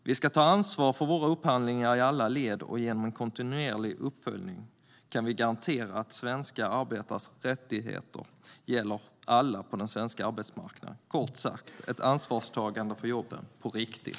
Vi ska ta ansvar för våra upphandlingar i alla led, och genom kontinuerlig uppföljning kan vi garantera att svenska arbetares rättigheter gäller alla på den svenska arbetsmarknaden. Kort sagt är det fråga om ett ansvarstagande för jobben på riktigt.